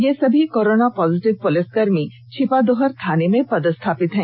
ये सभी corona positive पुलिसकर्मी छिपादोहर थाने में पदस्थापित हैं